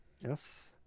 Yes